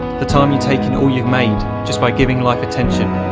the time you take in all you've made, just by giving life attention,